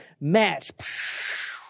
match